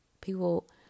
people